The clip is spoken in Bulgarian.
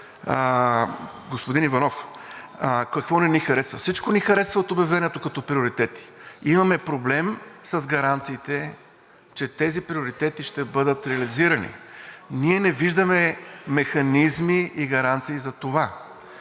господин Иванов, какво не ни харесва? Всичко ни харесва от обявеното като приоритети. Имаме проблем с гаранциите, че тези приоритети ще бъдат реализирани. Ние не виждаме механизми и гаранции за това.